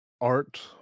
art